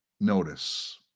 notice